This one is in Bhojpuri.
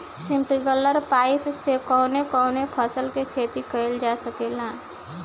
स्प्रिंगलर पाइप से कवने कवने फसल क खेती कइल जा सकेला?